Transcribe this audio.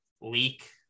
leak